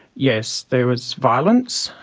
yes, there was violence.